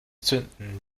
zündens